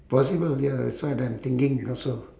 possible ya that's what I'm thinking also